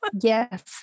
yes